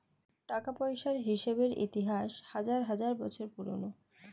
টাকা পয়সার হিসেবের ইতিহাস হাজার হাজার বছর পুরোনো